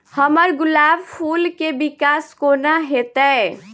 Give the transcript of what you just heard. हम्मर गुलाब फूल केँ विकास कोना हेतै?